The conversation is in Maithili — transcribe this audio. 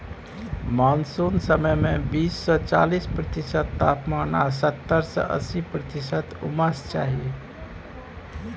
मानसुन समय मे बीस सँ चालीस प्रतिशत तापमान आ सत्तर सँ अस्सी प्रतिशत उम्मस चाही